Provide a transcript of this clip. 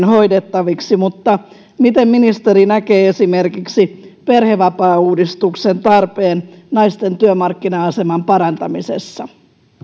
hoidettaviksi mutta miten ministeri näkee esimerkiksi perhevapaauudistuksen tarpeen naisten työmarkkina aseman parantamisessa